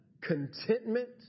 contentment